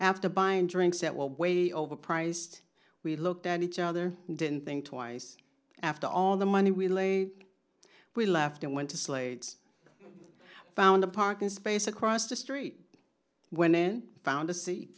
after buying drinks that will be way overpriced we looked at each other and didn't think twice after all the money we layed we left and went to slade's found a parking space across the street went in found a seat